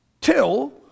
Till